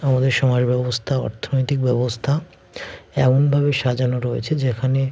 আমাদের সমাজ ব্যবস্তা অর্থনৈতিক ব্যবস্থা এমনভাবে সাজানো রয়েছে যেখানে